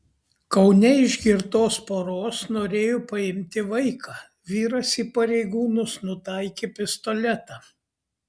kaune iš girtos poros norėjo paimti vaiką vyras į pareigūnus nutaikė pistoletą